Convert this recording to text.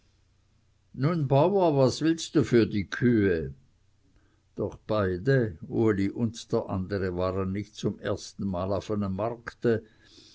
nun bauer was willst du für die kühe doch beide uli und der andere waren nicht zum ersten male auf einem markte